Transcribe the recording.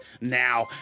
now